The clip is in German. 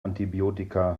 antibiotika